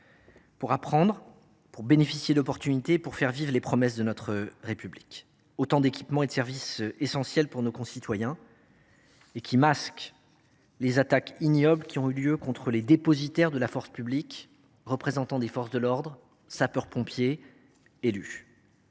pour apprendre, pour bénéficier d’opportunités et pour faire vivre les promesses de notre République. Autant d’équipements et de services essentiels pour nos concitoyens. Ces dégâts masquent les attaques ignobles qui ont eu lieu contre les dépositaires de la force publique – représentants des forces de l’ordre, sapeurs pompiers, élus.